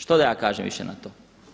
Što da ja kažem više na to?